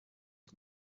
can